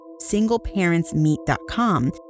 singleparentsmeet.com